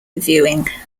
viewing